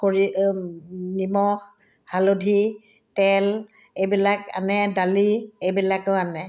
কৰি নিমখ হালধি তেল এইবিলাক আনে দালি এইবিলাকো আনে